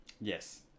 Yes